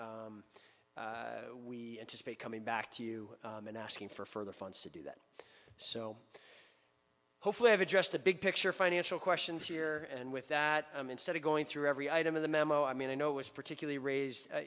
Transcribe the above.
one we anticipate coming back to you and asking for further funds to do that so hopefully have addressed the big picture financial questions here and with that instead of going through every item of the memo i mean i know it's particularly raised